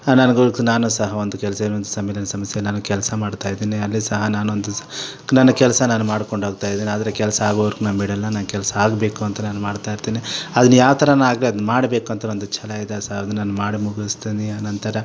ನನಗೂ ನಾನು ಸಹ ಒಂದು ಕೆಲಸ ಸಂಸ್ಥೆಯಲ್ಲಿ ಕೆಲಸ ಮಾಡ್ತಾಯಿದ್ದೀನಿ ಅಲ್ಲಿ ಸಹ ನಾನೊಂದು ನನ್ನ ಕೆಲಸ ನಾನು ಮಾಡ್ಕೊಂಡೋಗ್ತಾಯಿದ್ದೀನಿ ಆದರೆ ಕೆಲಸ ಆಗೋವರೆಗು ನಾನು ಬಿಡಲ್ಲ ನನ್ನ ಕೆಲಸ ಆಗಬೇಕು ಅಂತ ನಾನು ಮಾಡ್ತಾಯಿರ್ತೀನಿ ಅದನ್ನು ಯಾವ ಥರ ನಾನು ಆಗ ಅದು ಮಾಡಬೇಕು ಅಂತ ಒಂದು ಛಲ ಇದೆ ಸರ್ ಅದನ್ನು ನಾನು ಮಾಡಿಯೇ ಮುಗಿಸ್ತೀನಿ ಆನಂತರ